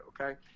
Okay